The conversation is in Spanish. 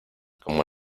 como